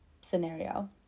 scenario